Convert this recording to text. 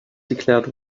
declared